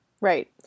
right